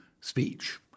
speech